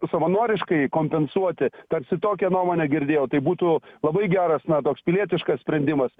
savanoriškai kompensuoti tarsi tokią nuomonę girdėjau tai būtų labai geras na toks pilietiškas sprendimas